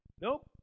Nope